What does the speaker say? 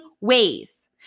ways